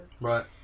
Right